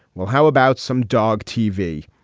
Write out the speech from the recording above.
well, how about some dog tv?